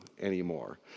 anymore